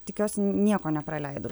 tikiuosi nieko nepraleidau